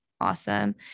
awesome